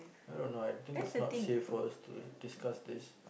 I don't know I think it's not safe for us to discuss this